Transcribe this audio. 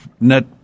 net